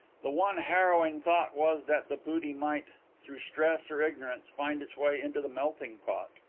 the one harrowing thought was that the booty might, through stress or ignorance, find its way into the melting-pot.